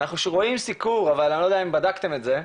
אנחנו רואים סיקור אבל אני לא יודע אם בדקתם את זה,